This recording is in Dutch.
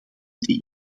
die